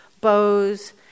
bows